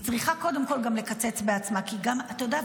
היא צריכה קודם כול גם לקצץ בעצמה, כי אתה יודע?